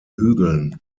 hügeln